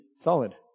solid